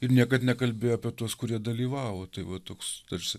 ir niekad nekalbėjo apie tuos kurie dalyvavo tai va toks tarsi